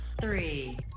Three